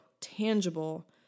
tangible